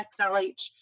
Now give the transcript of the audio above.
XLH